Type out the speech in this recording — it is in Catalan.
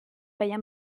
feia